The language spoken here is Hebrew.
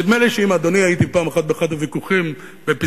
נדמה לי שעם אדוני הייתי פעם באחד הוויכוחים בפסגת-זאב,